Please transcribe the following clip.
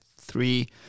three